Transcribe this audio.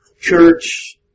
Church